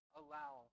allow